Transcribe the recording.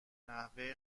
نحوه